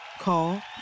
Call